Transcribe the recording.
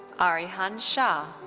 arihan shah.